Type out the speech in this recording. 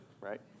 right